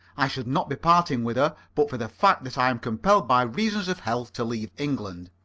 i should not be parting with her but for the fact that i am compelled by reasons of health to leave england.